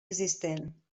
existent